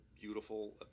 beautiful